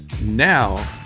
Now